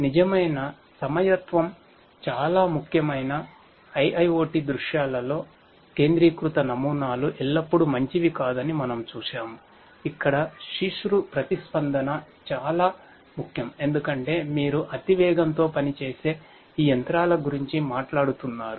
నిజమైన సమయ త్వం చాలా ముఖ్యమైన IIoT దృశ్యాలలో కేంద్రీకృత నమూనాలు ఎల్లప్పుడూ మంచివి కాదని మనము చూశాము ఇక్కడ శీఘ్ర ప్రతిస్పందన చాలా ముఖ్యం ఎందుకంటే మీరు అతివేగంతో పనిచేసే ఈ యంత్రాల గురించి మాట్లాడుతున్నారు